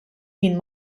ħin